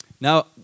Now